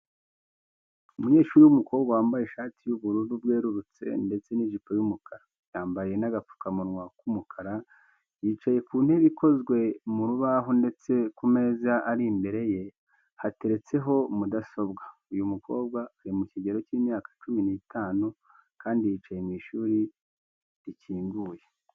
Umunyeshuri w'umukobwa wambaye ishati y'ubururu bwerurutse ndetse n'ijipo y'umukara, yambaye n'agapfukamunwa k'umukara, yicaye ku ntebe ikozwe mu rubaho ndetse ku meza ari imbere ye hateretseho mudasobwa. Uyu mukobwa ari mu kigero cy'imyaka cumi n'itanu kandi yicaye mu ishuri rikinguye.